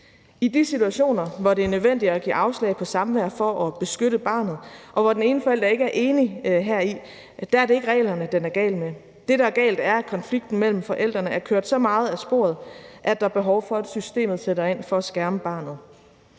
I de situationer, hvor det er nødvendigt at give afslag på samvær for at beskytte barnet, og hvor den ene forælder ikke er enig heri, er det ikke reglerne, den er gal med. Det, der er galt, er, at konflikten mellem forældrene er kørt så meget af sporet, at der er behov for, at systemet sætter ind for at skærme barnet.